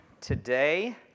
today